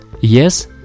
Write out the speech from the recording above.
Yes